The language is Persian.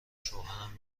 شوهرم